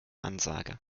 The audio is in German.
ansage